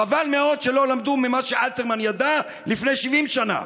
חבל מאוד שלא למדו ממה שאלתרמן ידע לפני 70 שנה.